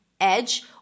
edge